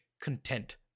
content